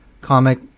comic